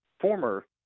Former